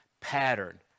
pattern